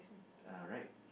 uh right